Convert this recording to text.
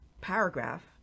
paragraph